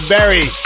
Berry